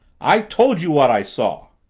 i told you what i saw.